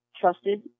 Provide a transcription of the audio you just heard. trusted